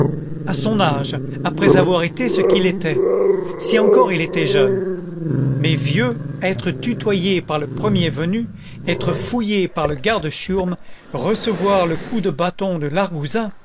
à son âge après avoir été ce qu'il était si encore il était jeune mais vieux être tutoyé par le premier venu être fouillé par le garde chiourme recevoir le coup de bâton de l'argousin